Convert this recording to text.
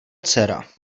dcera